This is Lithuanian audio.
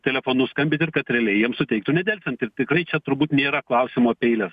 telefonu skambint ir kad realiai jiem suteiktų nedelsiant ir tikrai čia turbūt nėra klausimų apie eiles